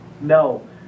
No